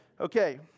Okay